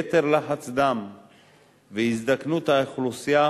יתר לחץ דם והזדקנות האוכלוסייה